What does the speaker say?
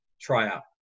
tryout